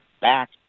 back